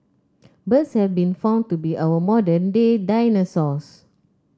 birds have been found to be our modern day dinosaurs